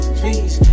please